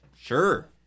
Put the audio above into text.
Sure